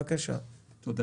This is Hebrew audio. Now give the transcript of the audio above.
בבקשה, תמשיך את דבריך.